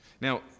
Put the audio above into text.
Now